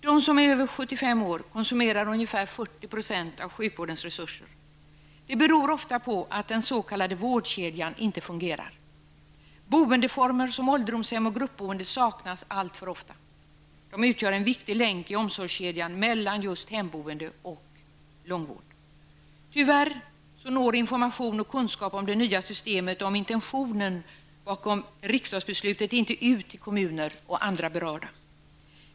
De som är över 75 år konsumerar ungefär 40 % av sjukvårdens resurser. Det beror ofta på att den s.k. vårdkedjan inte fungerar. Boendeformer som ålderdomshem och gruppboende saknas alltför ofta. De utgör en viktig länk i omsorgskedjan mellan just hemboende och långvård. Tyvärr når information och kunskap om det nya systemet och om intentionen bakom riksdagsbeslutet inte ut till kommuner och andra berörda.